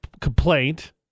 complaint